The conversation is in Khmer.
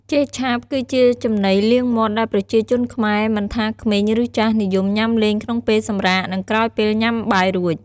ចេកឆាបគឺជាចំណីលាងមាត់ដែលប្រជាជនខ្មែរមិនថា ក្មេង ឬចាស់និយមញុាំលេងក្នុងពេលសម្រាក និងក្រោយពេលញុំាបាយរួច។